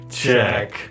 check